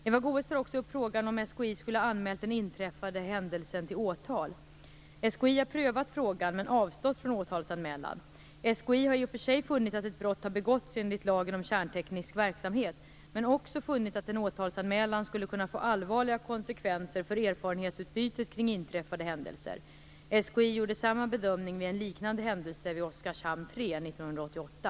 Eva Goës tar också upp frågan om SKI skulle ha anmält den inträffade händelsen till åtal. SKI har prövat frågan men avstått från åtalsanmälan. SKI har i och för sig funnit att ett brott begåtts enligt lagen men också funnit att en åtalsanmälan skulle kunna få allvarliga konsekvenser för erfarenhetsutbytet kring inträffade händelser. SKI gjorde samma bedömning vid en liknande händelse vid Oskarshamn 3 år 1988.